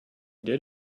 did